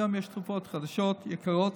היום יש תרופות חדשות, יקרות.